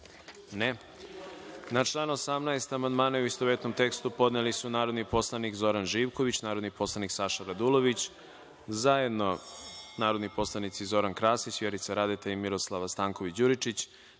Na član 21. amandmane u istovetnom tekstu podneli su narodni poslanik Zoran Živković, narodni poslanik Saša Radulović, zajedno narodni poslanici Zoran Krasić, Vjerica Radeta i Dubravko Bojić,